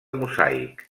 mosaic